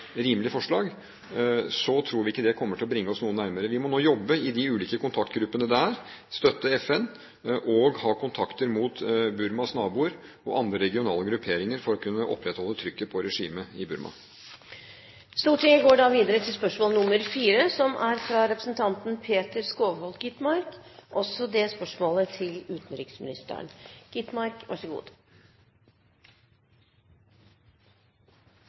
rimelig forslag, tror vi ikke det kommer til å bringe oss noe nærmere. Vi må nå jobbe i de ulike kontaktgruppene der, støtte FN og ha kontakter mot Burmas naboer og andre regionale grupperinger for å kunne opprettholde trykket på regimet i Burma. Jeg har følgende spørsmål til utenriksministeren: «Det siste året har det pågått forhandlinger i FN om en ny tilleggsprotokoll til